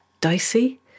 dicey